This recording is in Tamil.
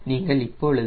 நீங்கள் இப்பொழுது 𝜏 0